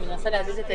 לאחר